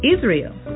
Israel